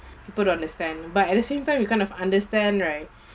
people don't understand but at the same time you kind of understand right